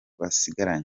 basigaranye